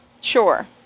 Sure